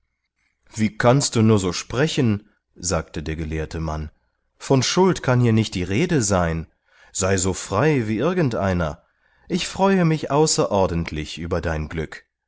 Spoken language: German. wie kannst du so sprechen sagte der gelehrte mann von schuld kann hier nicht die rede sein sei so frei wie irgend einer ich freue mich außerordentlich über dein glück